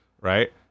Right